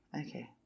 Okay